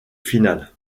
finale